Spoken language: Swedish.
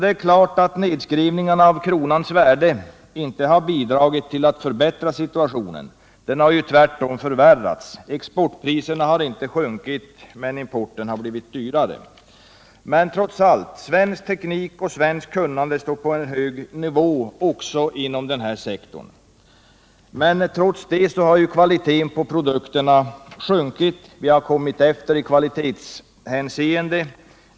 Det är klart att nedskrivningarna av kronans värde inte bidragit till att förbättra situationen; tvärtom har den förvärrats. Exportpriserna har inte sjunkit, men importen har blivit dyrare. Men trots allt: svensk teknik och svenskt kunnande står på en hög nivå också inom den här sektorn. Ändå har kvaliteten på produkterna sjunkit. Vi har kommit efter i kvalitetshänseende.